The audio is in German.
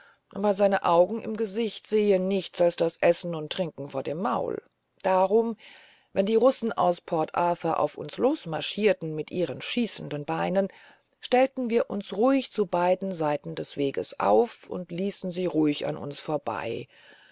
aber seine augen im gesicht sehen nichts als das essen und trinken vor dem maul darum wenn die russen aus port arthur auf uns losmarschierten mit ihren schießenden beinen stellten wir uns ruhig zu beiden seiten des weges auf und ließen sie ruhig an uns vorbei